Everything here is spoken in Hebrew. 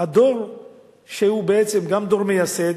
עם הדור שהוא בעצם גם דור מייסד,